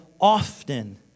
often